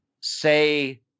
say